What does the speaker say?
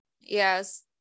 Yes